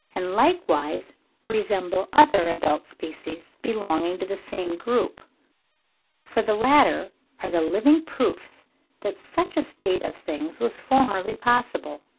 and likewise resemble other adult species belonging to the same group for the latter are the living proofs that such a state of things was formerly possible.